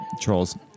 troll's